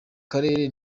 karere